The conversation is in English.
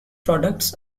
products